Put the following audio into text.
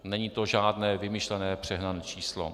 Není to žádné vymyšlené přehnané číslo.